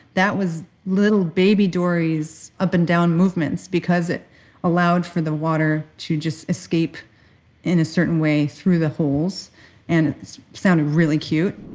that was little baby dory's up and down movements because it allowed for the water to just escape in a certain way through the holes and it sounded really cute